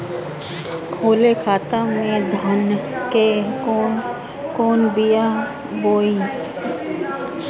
खाले खेत में धान के कौन बीया बोआई?